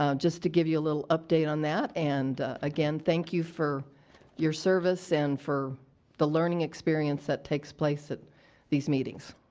um just to give you a little update on that and again, thank you for your service and for the learning experience that takes place at these meetings.